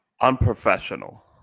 unprofessional